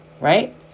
right